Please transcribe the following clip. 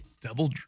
Double